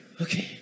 okay